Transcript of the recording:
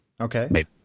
Okay